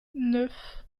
neuf